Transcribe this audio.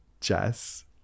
Jess